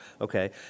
Okay